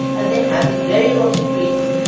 and they had these very erotic dreams,